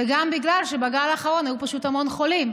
וגם בגלל שבגל האחרון היו פשוט המון חולים,